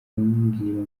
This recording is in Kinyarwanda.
kumbwira